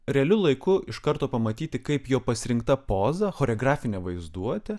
realiu laiku iš karto pamatyti kaip jo pasirinkta poza choreografinė vaizduotė